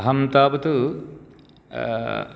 अहं तावत्